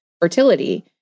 fertility